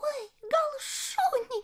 oi gal šunį